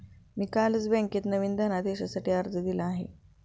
मी कालच बँकेत नवीन धनदेशासाठी अर्ज दिला आहे